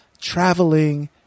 traveling